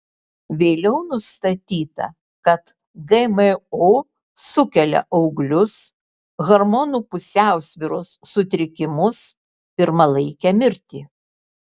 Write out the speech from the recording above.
vėliau nustatyta kad gmo sukelia auglius hormonų pusiausvyros sutrikimus pirmalaikę mirtį